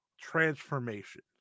transformation